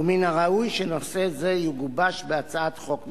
ומן הראוי שנושא זה יגובש בהצעת חוק ממשלתית.